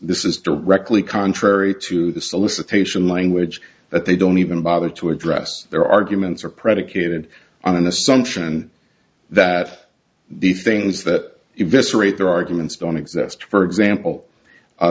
is directly contrary to the solicitation language that they don't even bother to address their arguments are predicated on an assumption that the things that events rate their arguments don't exist for example